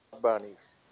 bunnies